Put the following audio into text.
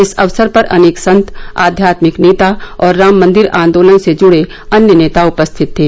इस अवसर पर अनेक संत आब्यात्मिक नेता और राम मन्दिर आन्दोलन से जुडे अन्य नेता उपस्थित थे